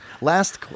Last